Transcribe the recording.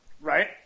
Right